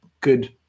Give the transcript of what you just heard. good